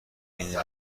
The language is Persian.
این